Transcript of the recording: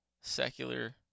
secular